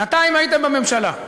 שנתיים הייתם בממשלה,